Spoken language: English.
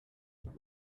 what